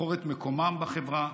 לבחור את מקומם בחברה,